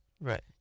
Right